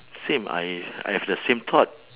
same I I've the same thought